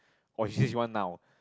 oh she say she want now